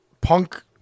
Punk